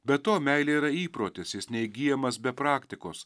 be to meilė yra įprotis jis neįgyjamas be praktikos